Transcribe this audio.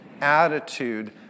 attitude